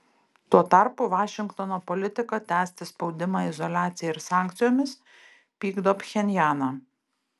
tuo tarpu vašingtono politika tęsti spaudimą izoliacija ir sankcijomis pykdo pchenjaną